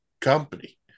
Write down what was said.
company